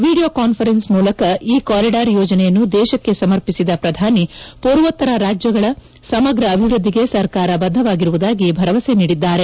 video conference ಮೂಲಕ ಈ corridor ಯೋಜನೆಯನ್ನು ದೇಶಕ್ಕೆ ಸಮರ್ಪಿಸಿದ ಪ್ರಧಾನ ಮಂತ್ರಿಗಳು ಪೂರ್ವೂತ್ತರ ರಾಜ್ಯಗಳ ಸಮಗ್ರ ಅಭಿವೃದ್ಧಿಗೆ ಸರ್ಕಾರ ಬದ್ದವಾಗಿರುವುದಾಗಿ ಭರವಸೆ ನೀಡಿದ್ದಾರೆ